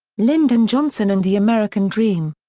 lyndon johnson and the american dream.